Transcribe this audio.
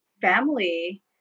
family